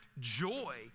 joy